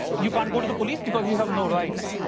you can't go to the police because you have no rights.